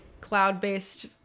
cloud-based